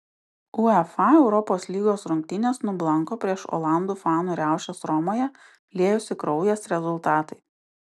uefa europos lygos rungtynės nublanko prieš olandų fanų riaušes romoje liejosi kraujas rezultatai